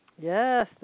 Yes